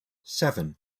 seven